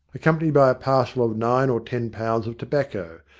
accompanied by a parcel of nine or ten pounds of tobacco,